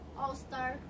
all-star